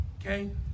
Okay